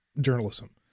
journalism